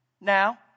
Now